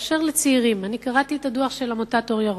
באשר לצעירים, קראתי את הדוח של עמותת "אור ירוק",